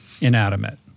inanimate